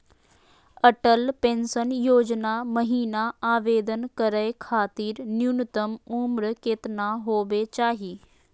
Atal pension Yojana महिना आवेदन करै खातिर न्युनतम उम्र केतना होवे चाही?